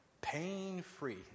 pain-free